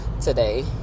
today